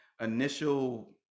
initial